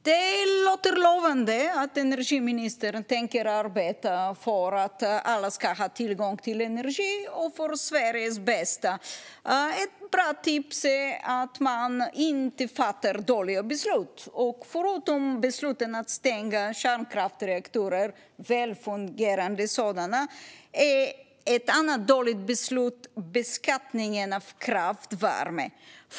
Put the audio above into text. Fru talman! Det låter lovande att energiministern tänker arbeta för att alla ska ha tillgång till energi och för Sveriges bästa. Ett bra tips är att man inte fattar dåliga beslut. Förutom besluten att stänga kärnkraftsreaktorer, och välfungerande sådana, är ett annat dåligt beslut beskattningen av kraftvärme.